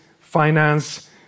finance